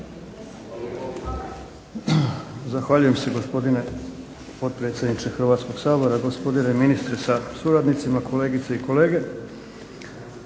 Hvala